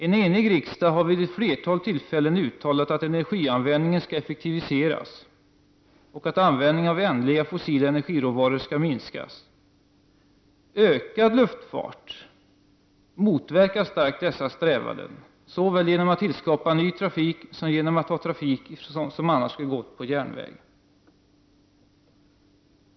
En enig riksdag har vid ett flertal tillfällen uttalat att energianvändningen skall effektiviseras och att användningen av ändliga, fossila energiråvaror skall minskas. Ökad luftfart motverkar starkt dessa strävanden, såväl genom att tillskapa ny trafik som genom att ta trafik som annars skulle gå på järnväg.